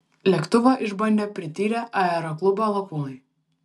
lėktuvą išbandė prityrę aeroklubo lakūnai